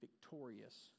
victorious